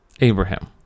abraham